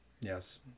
Yes